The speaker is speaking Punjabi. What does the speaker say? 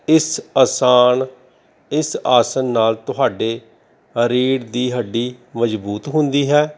ਇਸ ਆਸਣ ਇਸ ਆਸਣ ਨਾਲ ਤੁਹਾਡੇ ਰੀੜ੍ਹ ਦੀ ਹੱਡੀ ਮਜ਼ਬੂਤ ਹੁੰਦੀ ਹੈ